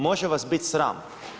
Može vas biti sram.